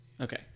okay